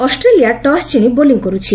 Australia toss ଜିଶି bowling କର୍ଛି